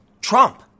Trump